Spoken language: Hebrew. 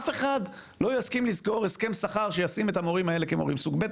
אף אחד לא יסכים לסגור הסכם שכר שישים את המורים האלה כמורים סוג ב'.